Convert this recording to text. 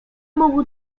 mógł